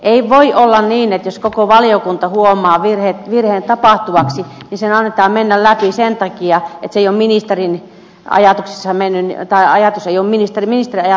ei voi olla niin että jos koko valiokunta huomaa virheen tapahtuvaksi niin sen annetaan mennä läpi sen takia että ministerin ajatus ei ole muuttunut